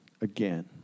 again